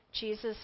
Jesus